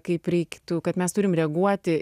kaip reiktų kad mes turim reaguoti